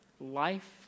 life